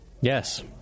Yes